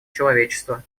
человечества